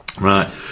Right